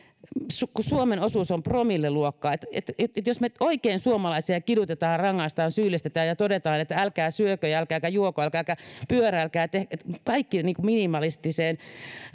kun suomen osuus on promilleluokkaa niin jos me oikein suomalaisia kidutamme ja rankaisemme syyllistämme ja toteamme että älkää syökö älkää juoko älkää juoko pyöräilkää ja tehkää kaikki minimalistiseen